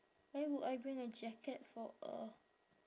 why would I bring a jacket for a